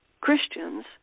Christians